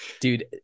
Dude